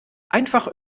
einfach